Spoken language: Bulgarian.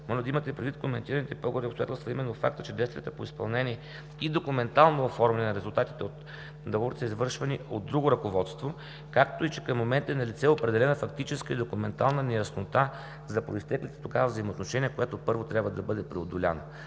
да имате предвид коментираните по-горе обстоятелства, а именно факта, че действията по изпълнение и документално оформяне на резултатите от договорите са извършвани от друго ръководство, както и че към момента е налице определена фактическа и документална неяснота за произтеклите тогава взаимоотношения, която първо трябва да бъде преодоляна.